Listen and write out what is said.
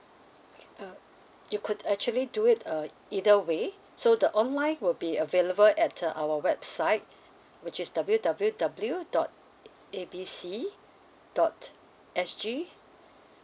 okay uh you could actually do it uh either way so the online will be available at uh our website which is W W W dot A B C dot S G